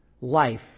life